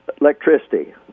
electricity